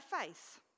face